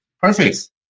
Perfect